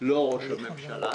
ולא ראש הממשלה.